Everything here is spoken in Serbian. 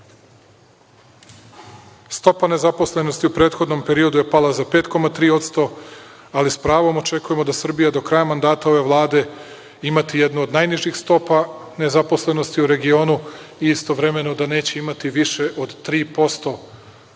nezaposlenosti u prethodnom periodu je pala za 5,3% ali s pravom očekujemo da Srbija do kraja mandata ove Vlade imati jednu od najnižih stopa nezaposlenosti u regionu i istovremeno da neće imati više od 3% stopu nezaposlenosti